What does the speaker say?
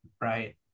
Right